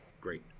Great